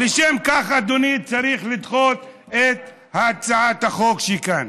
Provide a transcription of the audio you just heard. לשם כך, אדוני, צריך לדחות את הצעת החוק שכאן.